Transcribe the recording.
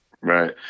Right